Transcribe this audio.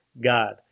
God